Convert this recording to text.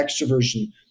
extroversion